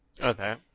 Okay